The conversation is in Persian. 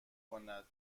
کند